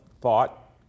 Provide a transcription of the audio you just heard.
thought